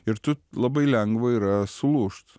ir tu labai lengva yra sulūžt